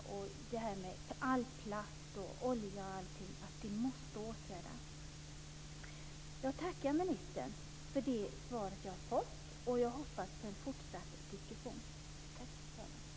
Det här med all plast, oljan och allting måste åtgärdas. Jag tackar ministern för svaret som jag har fått och hoppas på en fortsatt diskussion.